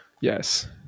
Yes